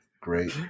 great